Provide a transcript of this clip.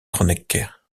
kronecker